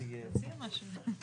נציג הנציבות נמצא כאן?